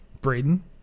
Braden